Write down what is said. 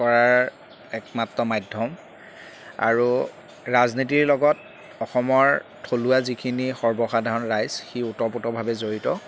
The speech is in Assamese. কৰাৰ একমাত্ৰ মাধ্যম আৰু ৰাজনীতিৰ লগত অসমৰ থলুৱা যিখিনি সৰ্বসাধাৰণ ৰাইজ সি ওতপ্ৰোতভাৱে জড়িত